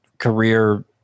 career